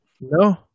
No